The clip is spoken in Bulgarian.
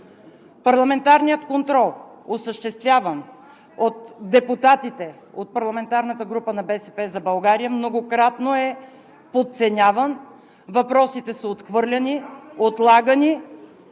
Парламентарният контрол, осъществяван от депутатите от парламентарната група на „БСП за България“, многократно е подценяван, въпросите са отхвърляни, отлагани